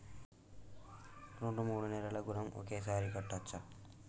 రెండు మూడు నెలల ఋణం ఒకేసారి కట్టచ్చా?